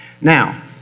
Now